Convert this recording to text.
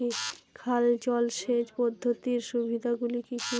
খাল জলসেচ পদ্ধতির সুবিধাগুলি কি কি?